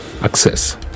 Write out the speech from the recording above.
access